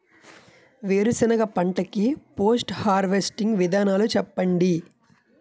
వేరుసెనగ పంట కి పోస్ట్ హార్వెస్టింగ్ విధానాలు చెప్పండీ?